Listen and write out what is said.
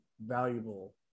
valuable